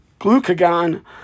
glucagon